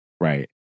right